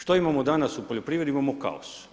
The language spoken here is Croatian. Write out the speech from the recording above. Što imamo danas u poljoprivredi, imamo kaos.